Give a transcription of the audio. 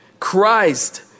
Christ